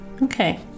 Okay